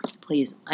please